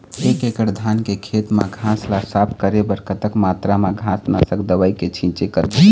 एक एकड़ धान के खेत मा घास ला साफ करे बर कतक मात्रा मा घास नासक दवई के छींचे करबो?